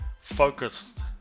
focused